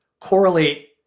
correlate